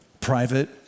private